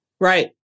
Right